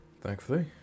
Thankfully